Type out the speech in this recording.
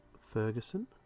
Ferguson